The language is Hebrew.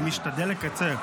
בבקשה.